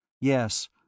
Yes